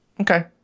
Okay